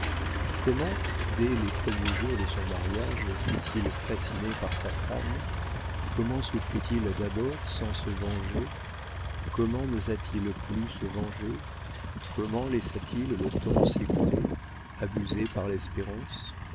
comment dès les premiers jours de son mariage fut-il fasciné par sa femme comment souffrit il d'abord sans se venger comment nosa t il plus se venger comment laissa-t-il le temps s'écouler abusé par l'espérance